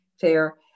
fair